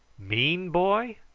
mean, boy?